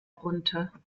runter